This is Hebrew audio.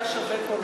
היה שווה כל,